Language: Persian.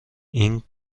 این